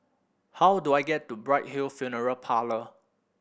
how do I get to Bright Hill Funeral Parlour